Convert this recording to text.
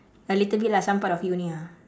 a little bit lah some part of you only ah